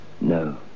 No